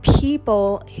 people